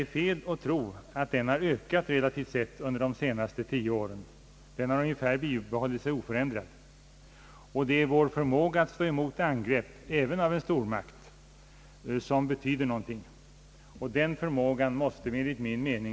Det var en sådan anpassning.